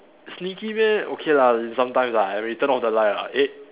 sneaky meh okay lah sometimes lah when we turn off the light ah eh